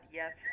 yes